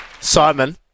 Simon